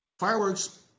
Fireworks